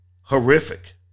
horrific